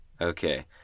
Okay